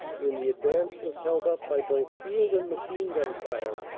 when the advance was held up by both field and machine-gun fire,